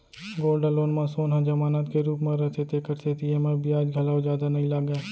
gold loan म सोन ह जमानत के रूप म रथे तेकर सेती एमा बियाज घलौ जादा नइ लागय